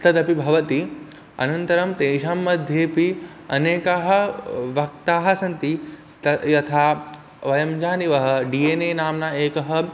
तदपि भवति अनन्तरं तेषां मध्येऽपि अनेके वक्तारः सन्ति तद् यथा वयं जानीमः डि एन् ए नाम्ना एकः